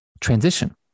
transition